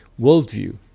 worldview